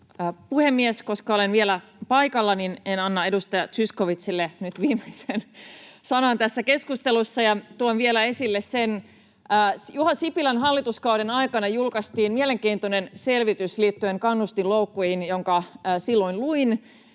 puhemies! Koska olen vielä paikalla, en anna edustaja Zyskowiczille nyt viimeistä sanaa tässä keskustelussa. Tuon vielä esille sen, että Juha Sipilän hallituskauden aikana julkaistiin mielenkiintoinen selvitys liittyen kannustinloukkuihin, jonka silloin luin